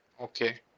Okay